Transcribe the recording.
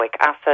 acid